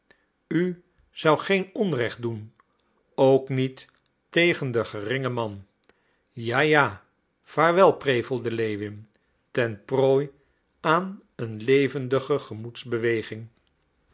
u zou geen onrecht doen ook niet tegen den geringen man ja ja vaarwel prevelde lewin ten prooi aan een levendige